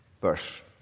verse